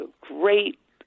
great